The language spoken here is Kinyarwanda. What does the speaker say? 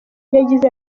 yagize